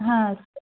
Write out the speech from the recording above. ಹಾಂ